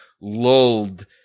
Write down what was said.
lulled